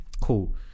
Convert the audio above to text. Cool